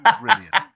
brilliant